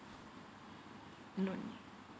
note